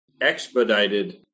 expedited